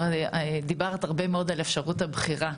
דיברת הרבה מאוד על אפשרות הבחירה.